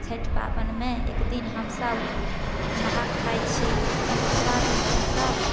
छठि पाबनिमे एक दिन हमसब नहा खाय छी तऽ दोसरा दिन हमसब